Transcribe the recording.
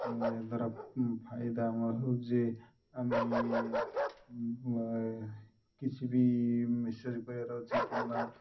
ଏହା ଦ୍ଵାରା ଫାଇଦା ଆମର ହେଉଛି ଯେ ଆମେ କିଛି ବି ମେସେଜ୍ କରିବାର ଅଛି କିମ୍ବା